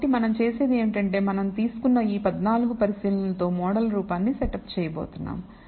కాబట్టి మనం చేసేది ఏమిటంటే మనం తీసుకున్న ఈ 14 పరిశీలనలు తో మోడల్ రూపాన్నిసెటప్ చేయబోతున్నాం